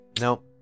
No